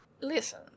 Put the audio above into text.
Listen